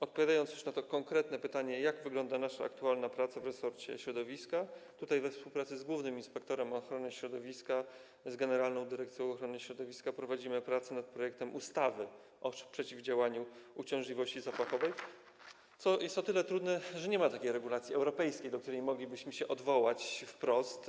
Odpowiadając już na to konkretne pytanie, jak wygląda nasza aktualna praca w resorcie środowiska, to chcę powiedzieć, iż tutaj we współpracy z głównym inspektorem ochrony środowiska, z Generalną Dyrekcją Ochrony Środowiska prowadzimy pracę nad projektem ustawy o przeciwdziałaniu uciążliwości zapachowej, co jest o tyle trudne, że nie ma takiej regulacji europejskiej, do której moglibyśmy się odwołać wprost.